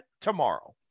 tomorrow